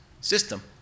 system